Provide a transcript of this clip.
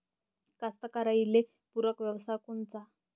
कास्तकाराइले पूरक व्यवसाय कोनचा?